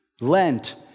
Lent